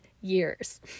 years